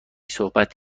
صحبت